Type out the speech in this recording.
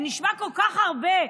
זה נשמע כל כך הרבה.